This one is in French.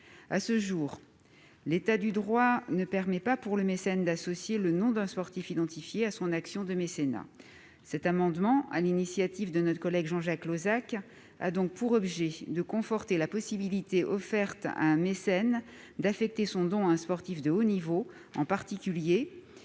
À ce jour, l'état du droit ne donne pas au mécène la possibilité d'associer le nom d'un sportif identifié à son action de mécénat. Cet amendement, dû à l'initiative de notre collègue Jean-Jacques Lozach, a donc pour objet de conforter la possibilité offerte à un mécène d'affecter son don à un sportif de haut niveau en particulier,